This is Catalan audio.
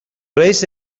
reis